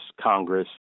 Congress